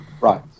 Right